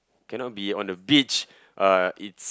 cannot be on the beach uh it's